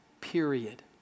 period